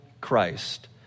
Christ